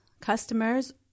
customers